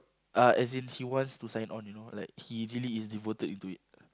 uh as in he wants to sign on you know like he really is devoted into it